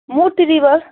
Murthy river